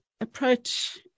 approach